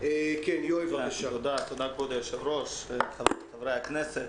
תודה כבוד היושב-ראש, חברי הכנסת.